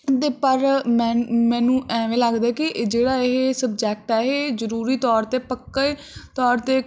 ਅਤੇ ਪਰ ਮੈਨ ਮੈਨੂੰ ਐਵੇਂ ਲੱਗਦਾ ਕਿ ਜਿਹੜਾ ਇਹ ਸਬਜੈਕਟ ਹੈ ਇਹ ਜ਼ਰੂਰੀ ਤੌਰ 'ਤੇ ਪੱਕੇ ਤੌਰ 'ਤੇ